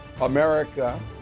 America